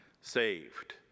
saved